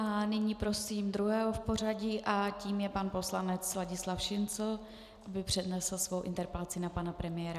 Nyní prosím druhého v pořadí, tím je pan poslanec Ladislav Šincl, aby přednesl svou interpelaci na pana premiéra.